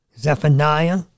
Zephaniah